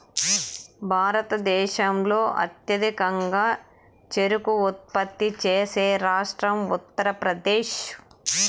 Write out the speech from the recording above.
భారతదేశంలో అత్యధికంగా చెరకు ఉత్పత్తి చేసే రాష్ట్రం ఉత్తరప్రదేశ్